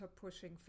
pushing